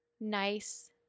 nice